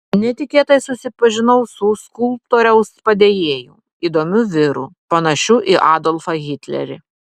netikėtai susipažinau su skulptoriaus padėjėju įdomiu vyru panašiu į adolfą hitlerį